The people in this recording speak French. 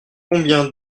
combien